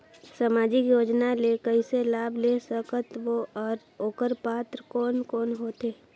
समाजिक योजना ले कइसे लाभ ले सकत बो और ओकर पात्र कोन कोन हो थे?